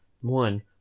one